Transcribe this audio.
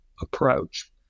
approach